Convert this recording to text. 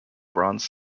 bronze